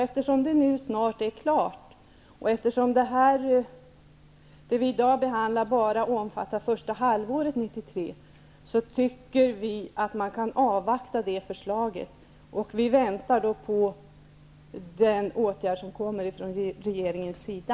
Eftersom den nu blir klar snart och den fråga vi i dag behandlar bara omfattar första halvåret 1993, tycker vi att man kan avvakta förslaget. Vi väntar på den åtgärd som kommer från regeringens sida.